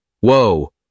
Whoa